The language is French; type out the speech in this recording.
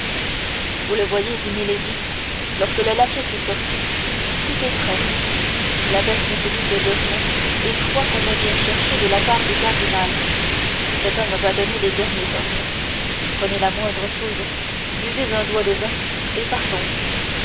vous le voyez dit milady lorsque le laquais fut sorti tout est prêt l'abbesse ne se doute de rien et croit qu'on me vient chercher de la part du cardinal cet homme va donner les derniers ordres prenez la moindre chose buvez un doigt de vin et partons